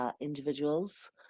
individuals